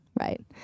right